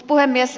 puhemies